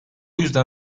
yüzden